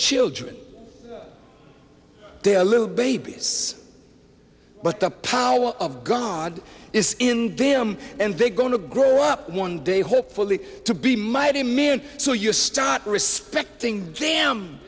children their little babies but the power of god is in them and they going to grow up one day hopefully to be mighty men so you start respecting